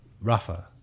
Rafa